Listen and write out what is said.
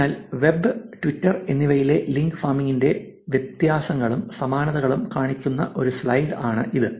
അതിനാൽ web Twitter എന്നിവയിലെ link ഫാമിംഗിന്റെ വ്യത്യാസങ്ങളും സമാനതകളും കാണിക്കുന്ന ഒരു സ്ലൈഡ് ആണ് ഇത്